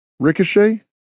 Ricochet